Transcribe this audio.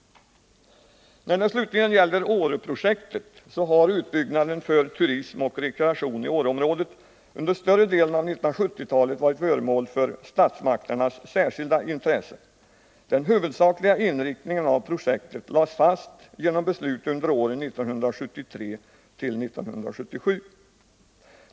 När det slutligen gäller Åreprojektet har utbyggnaden för turism och rekreation i Åreområdet under större delen av 1970-talet varit föremål för statsmakternas särskilda intresse. Den huvudsakliga inriktningen av projektet lades fast genom beslut under åren 1973-1977.